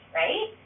right